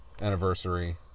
anniversary